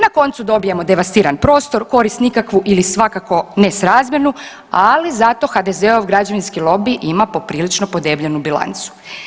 Na koncu dobijemo devastiran prostor, korist nikakvu ili svakako nesrazmjernu, ali zato HDZ-ov građevinski lobi ima poprilično podebljanu bilancu.